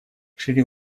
шри